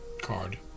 card